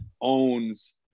owns